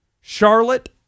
Charlotte